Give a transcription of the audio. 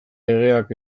legeak